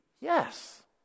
Yes